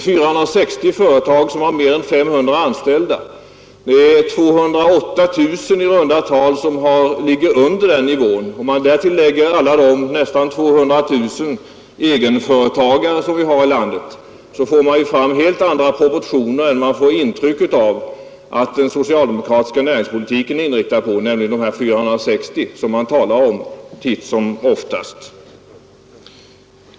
460 företag har mer än 500 anställda, medan i runda tal 208 000 företag ligger under denna nivå. Om man därtill lägger de nära 200 000 egenföretagare som finns i detta land, erhålls helt andra proportioner än man får ett intryck av att den socialdemokratiska näringspolitiken är inriktad på, nämligen de 460 företag som man talar om för det mesta.